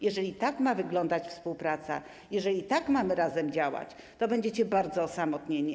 Jeżeli tak ma wyglądać współpraca, jeżeli tak mamy razem działać, to będziecie bardzo osamotnieni.